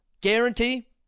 Guarantee